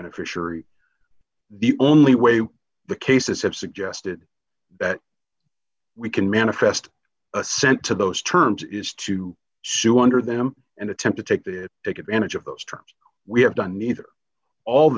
beneficiary the only way the cases have suggested that we can manifest assent to those terms is to shoo under them and attempt to take the take advantage of those terms we have done neither all